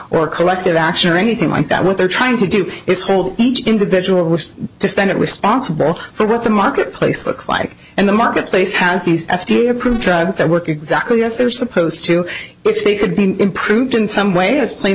or corrective action or anything like that what they're trying to do is hold each individual defendant responsible for what the marketplace look like and the marketplace has these f d a approved drugs that work exactly as they're supposed to if they could be improved in some way as plain